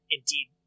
Indeed